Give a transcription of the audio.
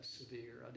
severe